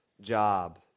job